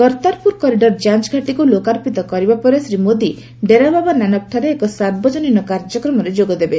Kartarpur corridor ଯାଞ୍ଚ୍ ଘାଟିକୁ ଲୋକାର୍ପିତ କରିବା ପରେ ଶ୍ରୀ ମୋଦୀ ଡେରାବାବା ନାନକ ଠାରେ ଏକ ସାର୍ବଜନୀନ କାର୍ଯ୍ୟକ୍ରମରେ ଯୋଗ ଦେବେ